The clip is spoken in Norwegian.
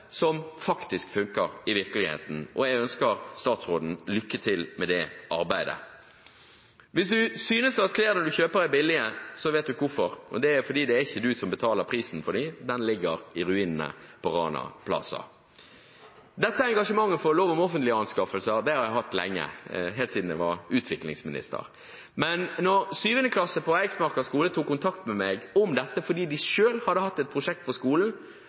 som faktisk funker i virkeligheten. Jeg ønsker statsråden lykke til med det arbeidet. Hvis man synes at klærne man kjøper, er billige, vet man hvorfor: Det er fordi det ikke er en selv som betaler prisen for dem, prisen ligger i ruinene på Rana Plaza. Dette engasjementet for lov om offentlige anskaffelser har jeg hatt lenge, helt siden jeg var utviklingsminister. Da 7.-klasse på Eiksmarka skole tok kontakt med meg fordi de hadde hatt et prosjekt på skolen